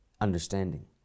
understanding